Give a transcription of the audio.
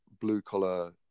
blue-collar